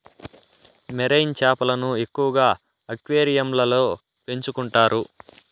marine చేపలను ఎక్కువగా అక్వేరియంలలో పెంచుకుంటారు